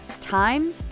time